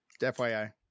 FYI